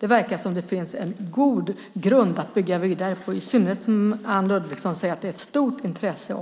Det verkar som om det finns en god grund att bygga vidare på, i synnerhet som Anne Ludvigsson säger att det finns ett stort intresse